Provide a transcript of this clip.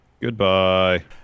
Goodbye